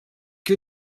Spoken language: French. que